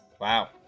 Wow